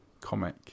comic